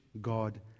God